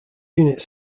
units